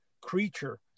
creature